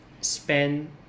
spend